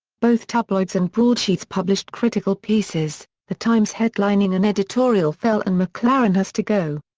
both tabloids and broadsheets published critical pieces, the times headlining an editorial fail and mcclaren has to go.